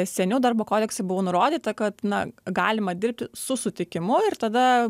seniau darbo kodekse buvo nurodyta kad na galima dirbti su sutikimu ir tada